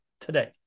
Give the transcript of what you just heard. today